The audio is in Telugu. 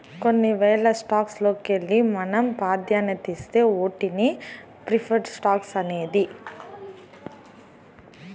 కొన్ని వేల స్టాక్స్ లోకెల్లి మనం పాదాన్యతిచ్చే ఓటినే ప్రిఫర్డ్ స్టాక్స్ అనేది